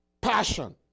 passion